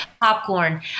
popcorn